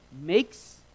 makes